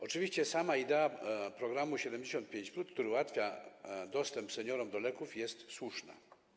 Oczywiście sama idea programu 75+, który ułatwia seniorom dostęp do leków, jest słuszna.